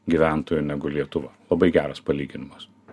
gyventojų negu lietuva labai geras palyginimas